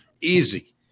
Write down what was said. Easy